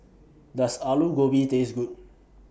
Does Alu Gobi Taste Good